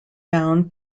down